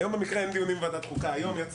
היום במקרה אין דיונים בוועדת חוקה, היום יצא לי.